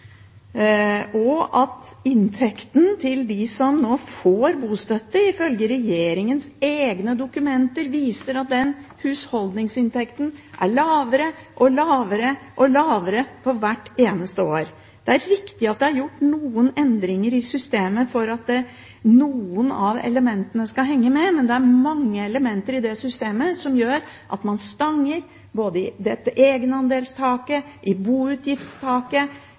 sine boutgifter enn det de fikk før. Husholdningsinntekten til dem som nå får bostøtte, er, ifølge regjeringens egne dokumenter, lavere og lavere for hvert eneste år. Det er riktig at det er gjort noen endringer i systemet for at noen av elementene skal henge med, men det er mange elementer i det systemet som gjør at man stanger både i egenandelstaket og i boutgiftstaket.